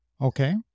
Okay